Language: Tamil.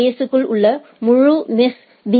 எஸ் க்குள் உள்ள முழு மெஷ் பி